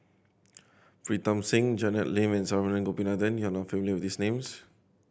Pritam Singh Janet Lim and Saravanan Gopinathan you are not familiar with these names